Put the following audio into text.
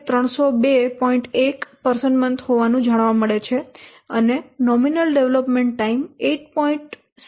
1 વ્યક્તિ મહિના હોવાનું જાણવા મળે છે અને નોમિનલ ડેવલપમેન્ટ ટાઈમ 8